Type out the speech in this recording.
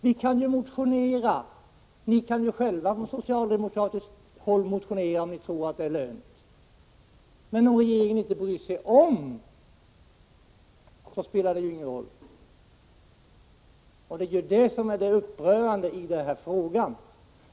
Vi kan ju motionera. Ni kan ju själva från socialdemokratiskt håll motionera, om ni tror att det är lönt. Men om inte regeringen bryr sig om det, så spelar det ju ingen roll. Det är det som är det upprörande i den här frågan.